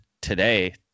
today